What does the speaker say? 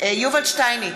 יובל שטייניץ,